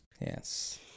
Yes